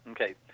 Okay